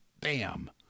BAM